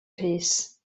rhys